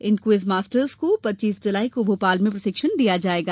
इन quiz master को पच्चीस जुलाई को भोपाल में प्रशिक्षण दिया जायेगा